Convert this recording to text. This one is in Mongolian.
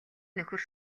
нөхөр